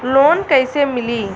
Loan कइसे मिलि?